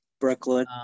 Brooklyn